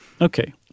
Okay